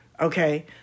Okay